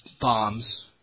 bombs